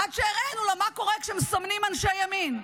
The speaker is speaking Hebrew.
עד שהראינו לה מה קורה כשמסמנים אנשי ימין,